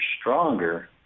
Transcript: stronger